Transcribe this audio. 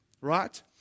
Right